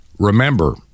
Remember